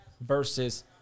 versus